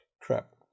crap